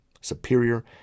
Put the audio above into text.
superior